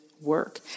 work